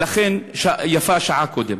ולכן יפה שעה אחת קודם.